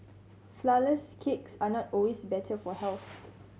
flourless cakes are not always better for health